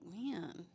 man